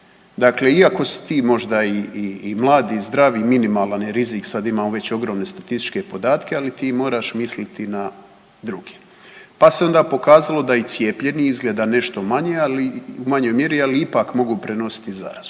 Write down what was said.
Dakle, iako si ti možda i mlad i zdrav i minimalan je rizik, sad imamo već ogromne statističke podatke, ali ti moraš misliti na druge, pa se onda pokazalo da i cijepljeni izgleda nešto u manjoj mjeri, ali ipak mogu prenositi zarazu.